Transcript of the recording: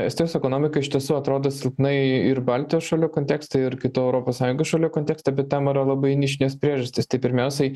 estijos ekonomika iš tiesų atrodo silpnai ir baltijos šalių kontekste ir kitų europos sąjungos šalių kontekste bet tam yra labai nišinės priežastys tai pirmiausiai